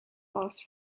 last